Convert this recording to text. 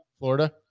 Florida